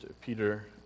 Peter